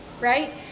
right